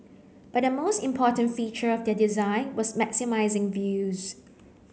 but the most important feature of their design was maximising views